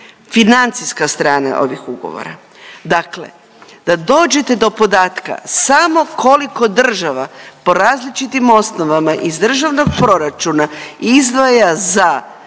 Financijska strana ovih ugovora, da dođete do podatka samo koliko država po različitim osnovama iz državnog proračuna izdvaja za